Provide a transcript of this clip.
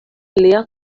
lia